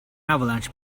avalanche